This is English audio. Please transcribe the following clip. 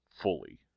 fully